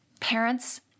Parents